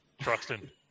Truxton